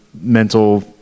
mental